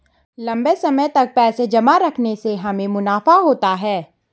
लंबे समय तक पैसे जमा रखने से हमें मुनाफा होता है